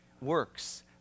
works